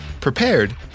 prepared